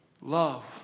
Love